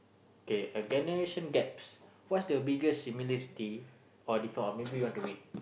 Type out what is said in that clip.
okay a generation gaps what's the biggest similarity or different oh maybe you want to read